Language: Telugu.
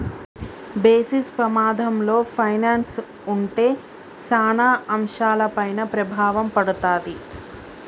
బేసిస్ పమాధంలో పైనల్స్ ఉంటే సాన అంశాలపైన ప్రభావం పడతాది